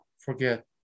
forget